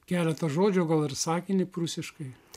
keletą žodžių o gal ir sakinį prūsiškai